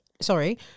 Sorry